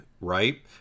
right